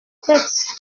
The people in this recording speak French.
tête